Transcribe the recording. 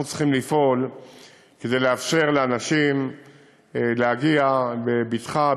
אנחנו צריכים לפעול כדי לאפשר לאנשים להגיע בבטחה,